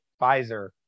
Pfizer